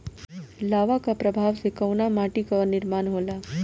लावा क प्रवाह से कउना माटी क निर्माण होला?